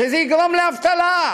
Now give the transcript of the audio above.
שזה יגרום לאבטלה,